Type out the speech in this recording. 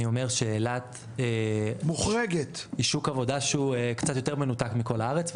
אני אומר שאילת היא שוק עבודה שהוא קצת יותר מנותק מכל הארץ.